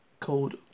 called